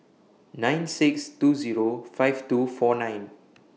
nine six two Zero five two four nine